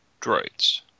Droids